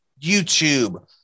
YouTube